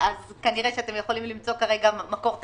כנראה שאתם יכולים למצוא כרגע מקור תקציבי.